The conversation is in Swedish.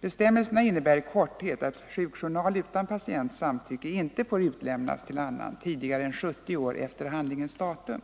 Bestämmelserna innebär i korthet, att sjukjournal utan patientens samtycke inte får utlämnas till annan tidigare än 70 år efter handlingens datum.